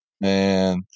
Man